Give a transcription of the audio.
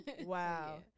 Wow